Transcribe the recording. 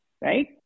Right